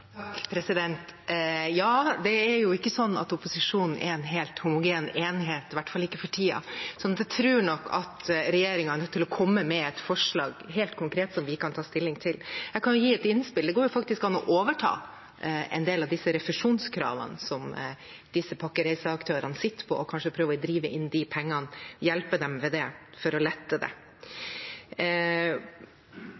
Det er jo ikke sånn at opposisjonen er en helt homogen enhet, i hvert fall ikke for tiden. Så jeg tror nok at regjeringen nå skulle kunne komme med et helt konkret forslag som vi kan ta stilling til. Jeg kan jo gi et innspill: Det går faktisk an å overta en del av refusjonskravene som disse pakkereiseaktørene sitter på, og kanskje prøve å drive inn pengene, hjelpe dem med det for å lette dem. Jeg tenker også at når det gjelder omstilling, som ministeren peker på, er det